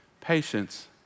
patience